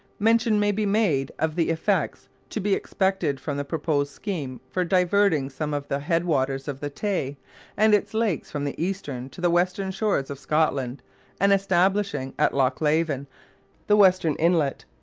mention may be made of the effects to be expected from the proposed scheme for diverting some of the headwaters of the tay and its lakes from the eastern to the western shores of scotland and establishing at loch leven the western inlet,